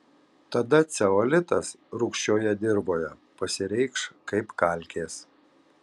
tada ceolitas rūgščioje dirvoje pasireikš kaip kalkės